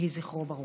יהי זכרו ברוך.